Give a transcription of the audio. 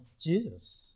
Jesus